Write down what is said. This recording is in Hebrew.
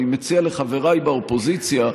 אני מציע לחבריי באופוזיציה,